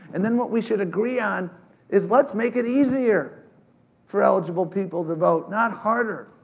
and then what we should agree on is let's make it easier for eligible people to vote, not harder.